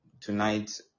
tonight